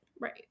Right